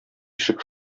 ишек